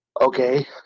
okay